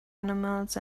animals